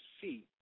see